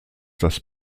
das